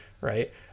Right